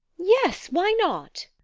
yes! why not?